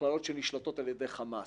מכללות שנשלטות על-ידי חמאס.